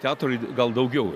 teatrui gal daugiau